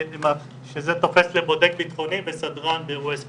שזה תופס לבודק בטחוני וסדרן באירועי ספורט.